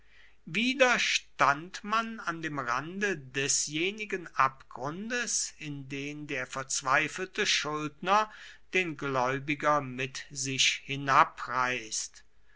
stand man an dem rande desjenigen abgrundes in den der verzweifelte schuldner den gläubiger mit sich